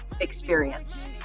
experience